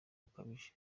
bukabije